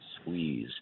squeeze